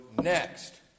next